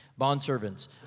Bondservants